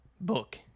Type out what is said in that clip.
book